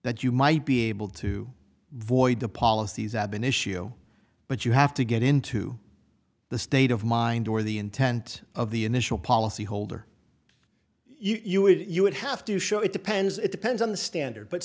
that you might be able to void the policies ab initio but you have to get into the state of mind or the intent of the initial policy holder you would you would have to show it depends it depends on the standard but